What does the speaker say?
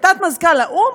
כתת-מזכ"ל האו"ם?